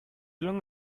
long